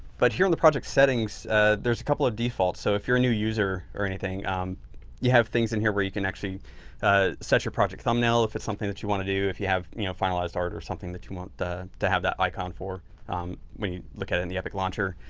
but here on the project settings there's a couple of defaults. so, if you're a new user or anything um you have things in here where you can actually ah set your project thumbnail. if it's something that you want to do, if you have you know finalized art or something that you want to have that icon for when you look at it in the epic launcher.